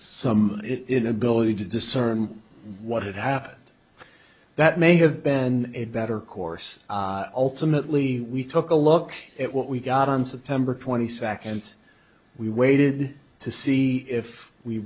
it ability to discern what had happened that may have been a better course ultimately we took a look at what we got on september twenty second we waited to see if we